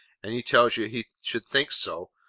and he tells you he should think so,